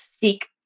seek